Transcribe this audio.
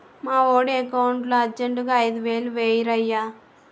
మావోడి ఎకౌంటులో అర్జెంటుగా ఐదువేలు వేయిరయ్య